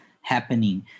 happening